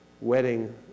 wedding